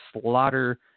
slaughter